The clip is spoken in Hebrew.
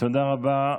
תודה רבה.